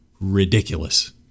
ridiculous